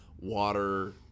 water